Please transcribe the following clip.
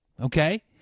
Okay